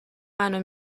منو